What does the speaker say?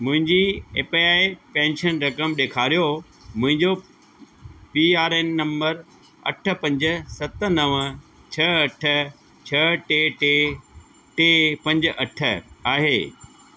मुंहिंजी A P Y pension रक़म ॾेखारियो मुंहिंजो पी आर एन नंबर अठ पंज सत नव छह अठ छह टे टे टे पंज अठ आहे